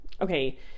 Okay